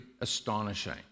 astonishing